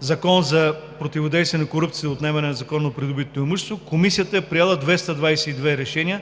Закон за противодействие на корупцията и за отнемане на незаконно придобитото имущество, Комисията е приела 222 решения